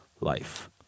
life